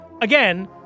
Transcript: again